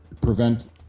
prevent